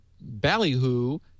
ballyhoo